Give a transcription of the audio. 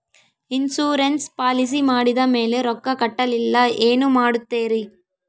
Insurance policy ಮಾಡಿದ ಮೇಲೆ ರೊಕ್ಕ ಕಟ್ಟಲಿಲ್ಲ ಏನು ಮಾಡುತ್ತೇರಿ?